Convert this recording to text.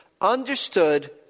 understood